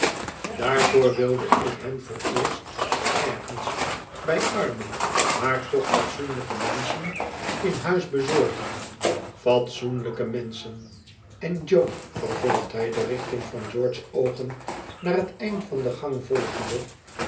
daarvoor wilde ik hem vooreerst ergens bij arme maar toch fatsoenlijke menschen in huis bezorgen fatsoenlijke menschen en jo vervolgt hij de richting van george's oogen naar het eind van den gang volgende